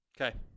Okay